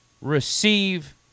receive